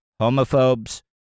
homophobes